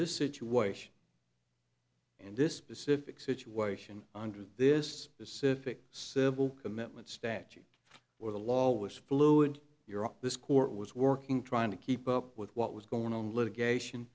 this situation in this specific situation under this specific civil commitment statute where the law was fluid you're up this court was working trying to keep up with what was going on litigation